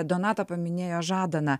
donata paminėjo žadaną